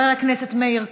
מוותרת, חבר הכנסת מאיר כהן,